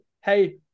hey